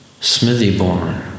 smithy-born